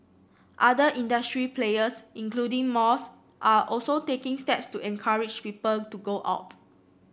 other industry players including malls are also taking steps to encourage people to go out